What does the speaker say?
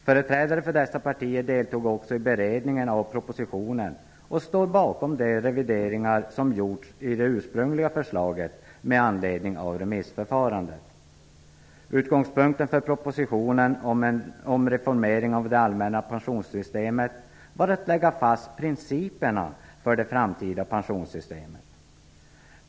Företrädare för dessa partier deltog också i beredningen av propositionen och står bakom de revideringar som gjorts i det ursprungliga förslaget med anledning av remissförfarandet. Utgångspunkten för propositionen om reformering av det allmänna pensionssystemet var att lägga fast principerna för det framtida pensionssystemet.